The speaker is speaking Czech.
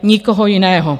Nikoho jiného.